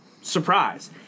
Surprise